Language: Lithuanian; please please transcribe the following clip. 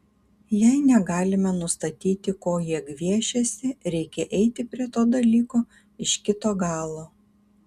jei negalime nustatyti ko jie gviešiasi reikia eiti prie to dalyko iš kito galo